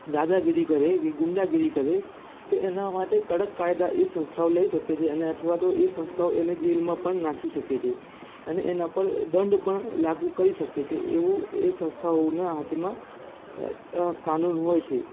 દાદાગીરી કરે કે ગુંડાગીરી કરે તો એના માટે કડક કાયદા એ સંસ્થાઓ લઈ શકે છે અને અથવા તો એ સંસ્થાઓ એેને જેલમાં પણ નાખી શકે છે અને એના પર દંડ પણ લાગુ કરી શકે છે એવું એ સંસ્થાઓના હાથમાં કાનૂન હોય છે